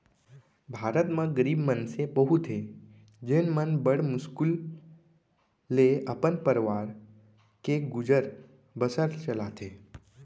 भारत म गरीब मनसे बहुत हें जेन मन बड़ मुस्कुल ले अपन परवार के गुजर बसर चलाथें